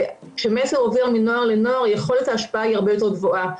כשמסר עובר מנוער לנוער יכולת ההשפעה היא הרבה יותר גבוהה.